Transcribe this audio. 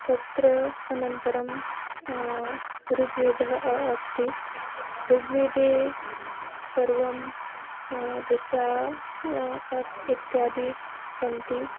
तत्र अनन्तरं ऋग्वेदः अ अस्ति ऋग्वेदे सर्वं ऋचा इत्यादयः सन्ति